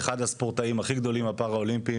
אחד הספורטאים הכי גדולים הפראולימפיים,